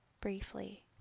briefly